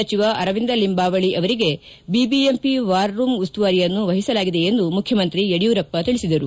ಸಚಿವ ಅರವಿಂದ ಲಿಂಬಾವಳಿ ಅವರಿಗೆ BBMP war room ಉಸ್ತುವಾರಿಯನ್ನು ವಹಿಸಲಾಗಿದೆ ಎಂದು ಮುಖ್ತಮಂತ್ರಿ ಯಡಿಯೂರಪ್ಪ ತಿಳಿಸಿದರು